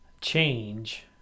change